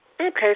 Okay